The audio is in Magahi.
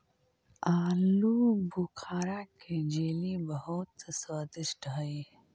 आलूबुखारा के जेली बहुत स्वादिष्ट हई